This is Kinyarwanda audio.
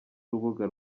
urubuga